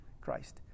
Christ